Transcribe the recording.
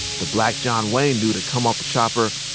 the black john wayne dude had come off the chopper,